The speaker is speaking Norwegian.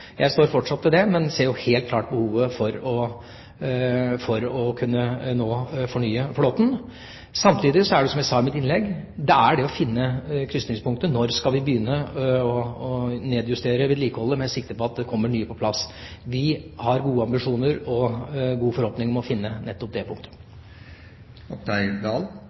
Jeg står fortsatt ved det, men ser helt klart behovet for å kunne fornye flåten. Samtidig er det, som jeg sa i mitt innlegg, det å finne krysningspunktet – når skal vi begynne å nedjustere vedlikeholdet med sikte på at det kommer nytt på plass? Vi har store ambisjoner og forhåpninger om å finne nettopp det